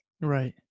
Right